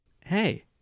Hey